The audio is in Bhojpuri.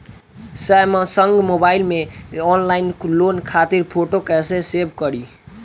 सैमसंग मोबाइल में ऑनलाइन लोन खातिर फोटो कैसे सेभ करीं?